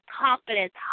confidence